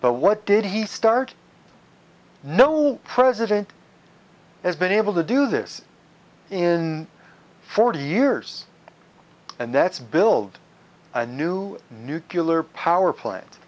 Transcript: but what did he start no president has been able to do this in forty years and that's build a new nucular power plant